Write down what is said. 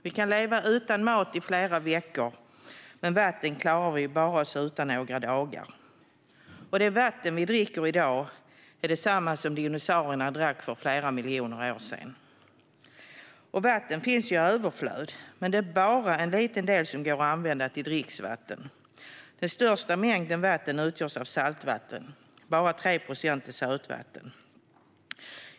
Vi kan leva utan mat i flera veckor, men vatten klarar vi oss bara utan i några dagar. Det vatten vi dricker i dag är detsamma som dinosaurierna drack för flera miljoner år sedan. Vatten finns i överflöd, men det är bara en liten del som går att använda till dricksvatten. Den största mängden vatten utgörs av saltvatten; bara 3 procent är sötvatten.